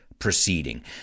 proceeding